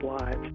lives